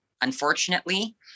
unfortunately